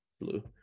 blue